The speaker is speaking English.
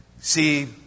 See